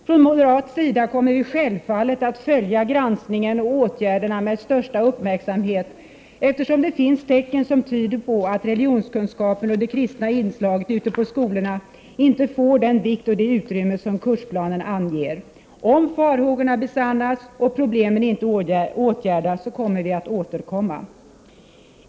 Från moderat sida kommer vi självfallet att följa granskningen och åtgärderna med största uppmärksamhet, eftersom det finns tecken som tyder på att religionskunskapen och det kristna inslaget ute på skolorna inte får den vikt och det utrymme som kursplanen anger. Om farhågorna besannas och problemen inte åtgärdas, kommer vi att återkomma.